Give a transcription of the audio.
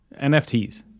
NFTs